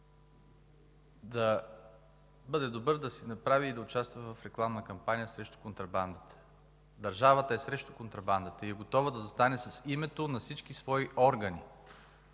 да бъде добър да направи и да участва в рекламна кампания срещу контрабандата. Държавата е срещу контрабандата и е готова да застане с името на всички свои органи,